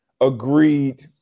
agreed